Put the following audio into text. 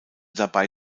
dabei